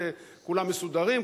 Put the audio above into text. כולם מסודרים,